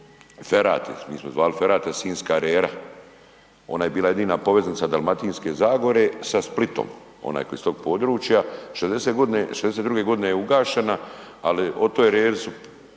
mi smo je zvali ferata Sinjska rera, ona je bila jedina poveznica Dalmatinske zagore sa Splitom, onaj tko je iz tog područja. '62. godine je ugašena u biti